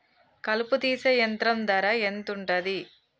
కలుపు తీసే యంత్రం ధర ఎంతుటది?